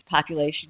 population